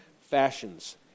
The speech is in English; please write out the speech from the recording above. fashions